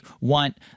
want